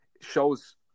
shows –